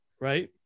right